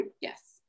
Yes